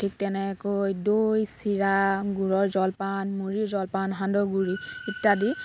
ঠিক তেনেকৈ দৈ চিৰা গুৰৰ জলপান মুড়িৰ জলপান সান্দহ গুড়ি ইত্যাদি